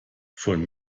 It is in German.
von